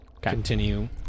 Continue